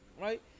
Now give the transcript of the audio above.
Right